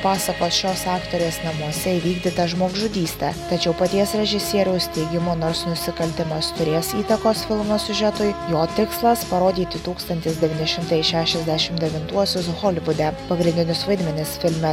pasakos šios aktorės namuose įvykdytą žmogžudystę tačiau paties režisieriaus teigimu nors nusikaltimas turės įtakos filmo siužetui jo tikslas parodyti tūkstantis devyni šimtai šešiasdešim devintuosius holivude pagrindinius vaidmenis filme